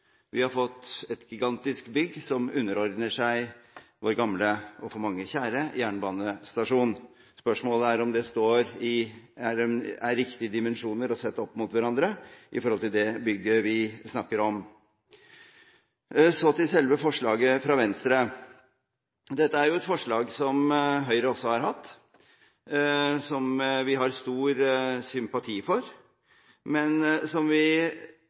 Vi har fått et gigantisk bygg som underordner seg vår gamle – og for mange kjære – jernbanestasjon. Spørsmålet er om det er de riktige dimensjoner å sette opp mot hverandre i forhold til det bygget vi snakker om. Så til selve forslaget fra Venstre. Dette er jo et forslag som Høyre også har hatt, som vi har stor sympati for, men som vi